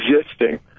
existing